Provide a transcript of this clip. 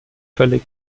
völlig